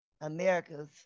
America's